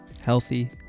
Healthy